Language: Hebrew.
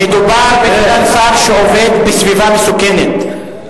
מדובר בשר שעובד בסביבה מסוכנת.